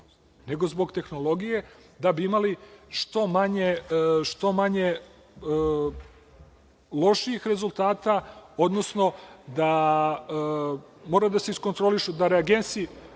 nego zbog tehnologije, da bi imali što manje lošijih rezultata, odnosno mora da se iskontroliše da reagensi